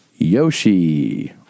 Yoshi